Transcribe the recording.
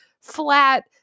flat